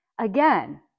Again